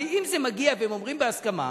הרי אם זה מגיע והם אומרים בהסכמה,